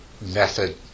method